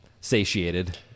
satiated